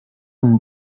und